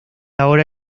ahora